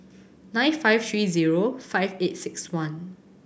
nine five three zero five eight six one